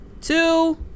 two